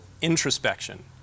introspection